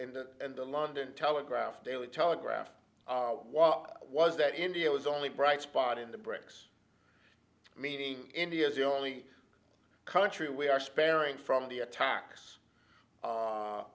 article and the london telegraph daily telegraph why was that india was only bright spot in the brics meaning india is the only country we are sparing from the attacks